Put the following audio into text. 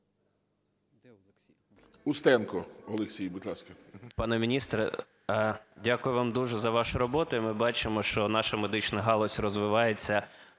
Устенко Олексій, будь ласка.